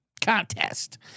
Contest